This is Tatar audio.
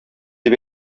дип